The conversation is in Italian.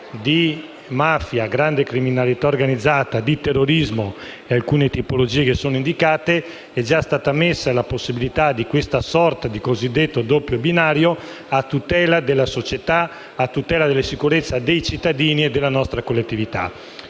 di mafia, di grande criminalità organizzata, di terrorismo e alcune tipologie che sono indicate, è già stata ammessa la possibilità di questa sorta di cosiddetto doppio binario, a tutela della società, a tutela della sicurezza dei cittadini e della nostra collettività.